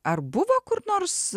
ar buvo kur nors